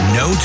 no